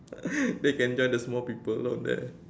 then you can join the small people down there